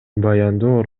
баяндоо